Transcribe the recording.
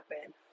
happen